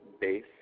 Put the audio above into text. base